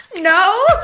No